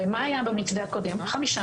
הרי מה היה במתווה הקודם חמישה